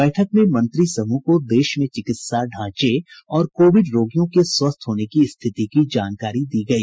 बैठक में मंत्री समूह को देश में चिकित्सा ढ़ांचे और कोविड रोगियों के स्वस्थ होने की स्थिति की जानकारी दी गई